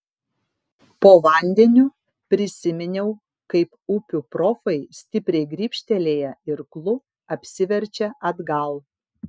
po vandeniu prisiminiau kaip upių profai stipriai grybštelėję irklu apsiverčia atgal